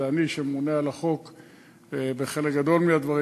זה אני שממונה על החוק בחלק גדול מהדברים,